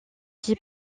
qui